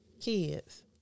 kids